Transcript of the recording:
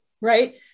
right